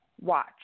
watch